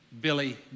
Billy